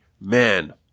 man